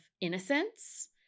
innocence